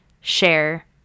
share